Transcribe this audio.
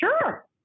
Sure